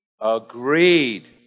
agreed